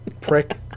Prick